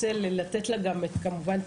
רוצה לתת לה את הכלים.